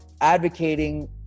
advocating